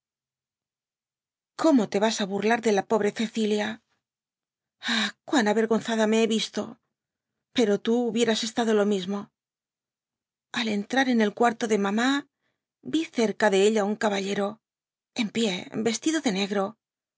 como te vas á burlar de la pobre cecilia j i tomara del conrenlo d bfgoogle cuan avergonzada me h visto pero tá hubieras estado lo mismo al entrar en el cuartode mamá vi cerca de ella iicabailero en pié vestido de negro